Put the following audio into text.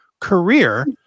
career